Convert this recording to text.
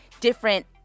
different